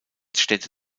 städte